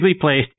placed